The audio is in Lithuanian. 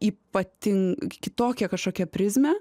ypating kitokią kažkokią prizmę